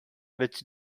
which